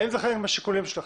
האם זה חלק מהשיקולים שלכם?